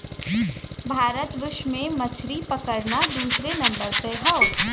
भारत विश्व में मछरी पकड़ना दूसरे नंबर पे हौ